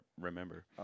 remember